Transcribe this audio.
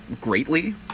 greatly